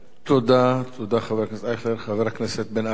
תודה, חבר הכנסת אייכלר.